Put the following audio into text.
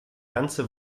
ganze